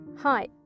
Hi